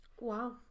Wow